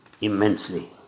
Immensely